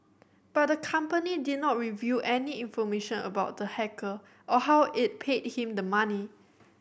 but the company did not reveal any information about the hacker or how it paid him the money